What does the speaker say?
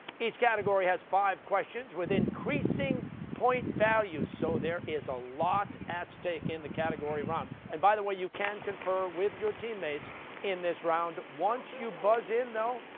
each category has five questions with increasing point values, so there is a lot at stake in the category round. and by the way, you can confer with your teammates in this round. once you buzz in, though,